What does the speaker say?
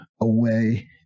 away